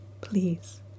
Please